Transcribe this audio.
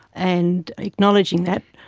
and acknowledging that.